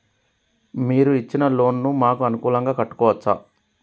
మీరు ఇచ్చిన లోన్ ను మాకు అనుకూలంగా కట్టుకోవచ్చా?